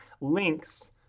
links